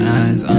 eyes